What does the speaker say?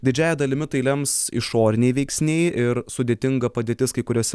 didžiąja dalimi tai lems išoriniai veiksniai ir sudėtinga padėtis kai kuriose